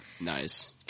Nice